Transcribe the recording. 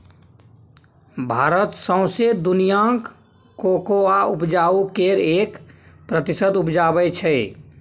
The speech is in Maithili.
भारत सौंसे दुनियाँक कोकोआ उपजाक केर एक प्रतिशत उपजाबै छै